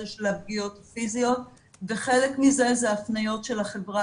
של הפגיעות הפיזיות וחלק מזה זה הפניות של החברה